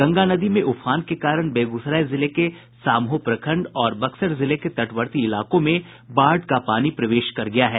गंगा नदी में उफान के कारण बेगूसराय जिले के साम्हो प्रखंड और बक्सर जिले के तटवर्ती इलाकों में बाढ़ का पानी प्रवेश कर गया है